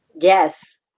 Yes